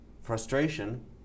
frustration